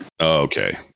Okay